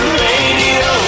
radio